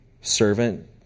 servant